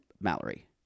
Mallory